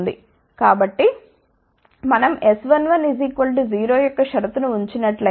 కాబట్టి మనం S11 0 యొక్క షరతు ను ఉంచినట్లయితే